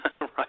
Right